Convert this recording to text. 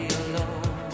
alone